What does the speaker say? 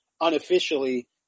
unofficially